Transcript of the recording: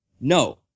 No